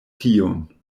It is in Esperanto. tiun